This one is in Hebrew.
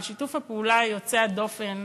על שיתוף הפעולה יוצא הדופן.